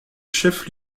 chef